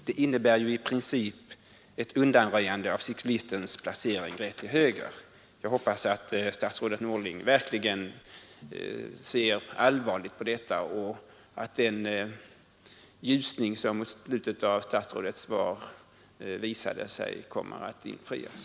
Den innebär ju i princip ett undanröjande av cyklisternas placering längst till höger. Jag hoppas att statsrådet Norling verkligen ser allvarligt på detta och att den förhoppning som slutet av hans svar ingav kommer att infrias.